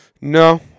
No